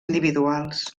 individuals